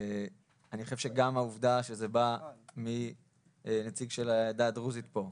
אני חושב שגם העובדה שזה בא מנציג של העדה הדרוזית פה,